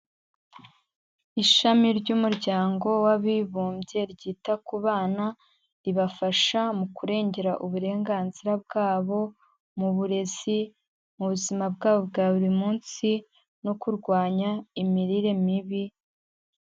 Ishami ry'umuryango w'abibumbye ryita ku bana, ribafasha mu kurengera uburenganzira bwabo mu burezi, mu buzima bwabo bwa buri munsi, no kurwanya imirire mibi.